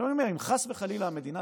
עכשיו, אני אומר, אם חס וחלילה המדינה